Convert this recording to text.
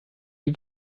die